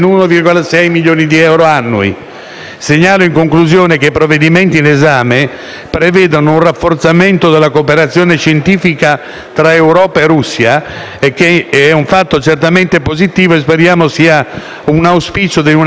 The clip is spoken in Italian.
Segnalo, in conclusione, che i provvedimenti in esame prevedono un rafforzamento della cooperazione scientifica tra Europa e Russia, che è un fatto certamente positivo e speriamo sia d'auspicio per una ripresa più generale di collaborazione anche